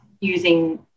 using